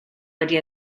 wedi